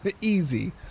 Easy